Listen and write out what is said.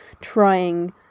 trying